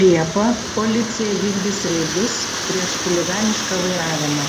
liepą policija vykdys reidus prieš chuliganišką vairavimą